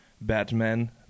Batman